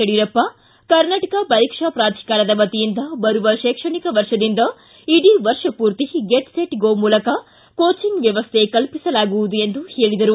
ಯಡಿಯೂರಪ್ಪ ಕರ್ನಾಟಕ ಪರೀಕ್ಷಾ ಪ್ರಾಧಿಕಾರದ ವತಿಯಿಂದ ಬರುವ ಶೈಕ್ಷಣಿಕ ವರ್ಷದಿಂದ ಇಡೀ ವರ್ಷಪೂರ್ತಿ ಗೆಟ್ ಸೆಟ್ ಗೋ ಮೂಲಕ ಕೋಚಿಂಗ್ ವ್ಯವಸ್ಥೆ ಕಲ್ಲಿಸಲಾಗುವುದು ಎಂದು ಹೇಳಿದರು